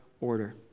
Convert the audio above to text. order